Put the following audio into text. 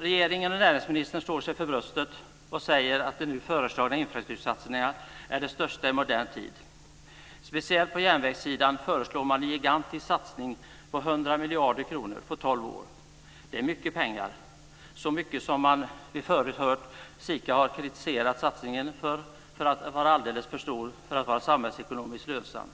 Regeringen och näringsministern slår sig för bröstet och säger att de nu föreslagna infrastruktursatsningarna är de största i modern tid. På järnvägssidan föreslår man en gigantisk satsning på 100 miljarder kronor på 12 år. Det är mycket pengar. Vi har förut hört att SIKA har kritiserat satsningen för att vara alldeles för stor för att vara samhällsekonomiskt lönsam.